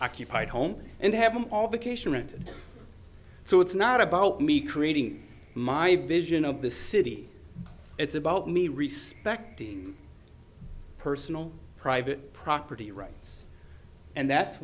occupied home and have an obligation and so it's not about me creating my vision of the city it's about me respecting personal private property rights and that's